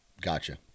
Gotcha